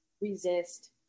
resist